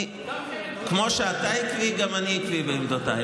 כמו שאתה עקבי, גם אני עקבי בעמדותיי.